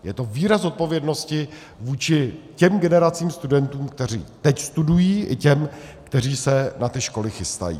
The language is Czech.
Je to výraz odpovědnosti vůči těm generacím studentů, kteří teď studují, i těm, kteří se na ty školy chystají.